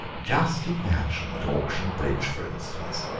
just imagine at auction bridge, for instance,